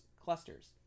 clusters